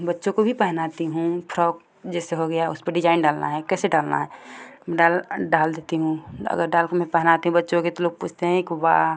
बच्चों को भी पहनाती हूँ फ्रॉक जैसे हो गया उसपे डिजाइन डालना है कैसे डालना है डाल डाल देती हूँ अगर डाल कर मैं पहनाती हूँ बच्चों के तो लोग पूछते हैं कि वाह